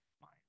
fine